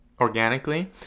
organically